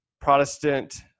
protestant